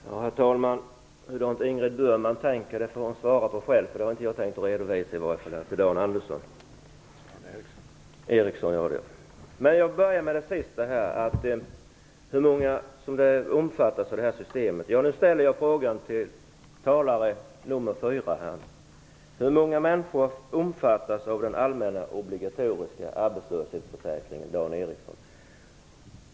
Herr talman! Hur Ingrid Burman tänker får hon svara på själv. Det har jag åtminstone tänkt att redovisa för Dan Ericsson. Jag börjar med den sista frågan om hur många som omfattas av systemet. Jag ställer nu frågan till den fjärde talaren. Hur många människor omfattas av den allmänna obligatoriska arbetslöshetsförsäkringen, Dan Ericsson?